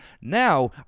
now